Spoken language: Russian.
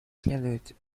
следует